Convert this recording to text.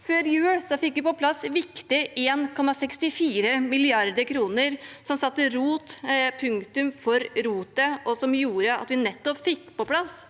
Før jul fikk vi på plass viktige 1,64 mrd. kr som satte punktum for rotet, og som gjorde at vi fikk på plass